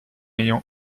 ayant